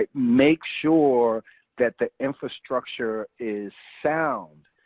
ah make sure that the infrastructure is sound.